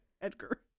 Edgar